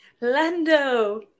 Lando